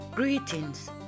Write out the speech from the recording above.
Greetings